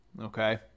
okay